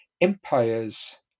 empires